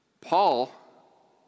Paul